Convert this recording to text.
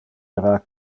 era